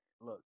look